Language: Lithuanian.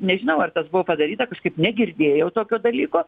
nežinau ar tas buvo padaryta kažkaip negirdėjau tokio dalyko